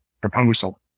proposal